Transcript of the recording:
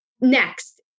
Next